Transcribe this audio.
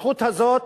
הזכות הזאת,